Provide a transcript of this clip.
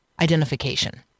identification